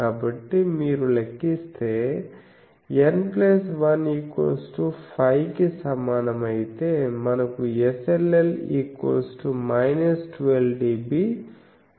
కాబట్టి మీరు లెక్కిస్తే N1 5 కి సమానం అయితే మనకు SLL 12dB అవుతుంది